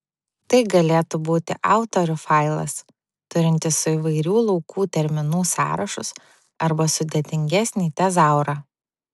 tai galėtų būti autorių failas turintis įvairių laukų terminų sąrašus arba sudėtingesnį tezaurą